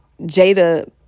Jada